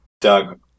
Doug